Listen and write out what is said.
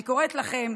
אני קוראת לכם,